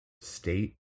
state